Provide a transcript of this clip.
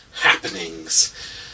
happenings